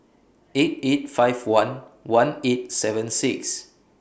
eight eight five one one eight seven six